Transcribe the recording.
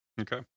Okay